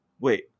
wait